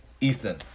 Ethan